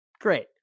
great